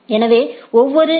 எனவே ஒவ்வொரு ஏ